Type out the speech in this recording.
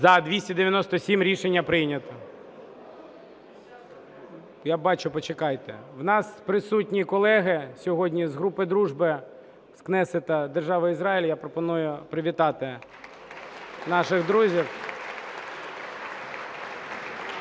За-297 Рішення прийнято. Я бачу, почекайте. У нас присутні колеги сьогодні з групи дружби з Кнесету Держави Ізраїль. Я пропоную привітати наших друзів.